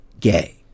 gay